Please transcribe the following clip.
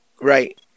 Right